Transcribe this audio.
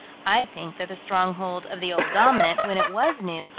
i think that the stronghold of the old dominant, when it was new,